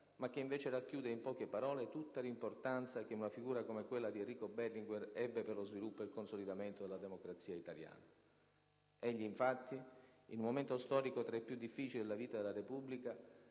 ma che invece racchiude in poche parole tutta l'importanza che una figura come quella di Enrico Berlinguer ebbe per lo sviluppo e il consolidamento della democrazia italiana. Egli, infatti, in un momento storico tra i più difficili della vita della Repubblica,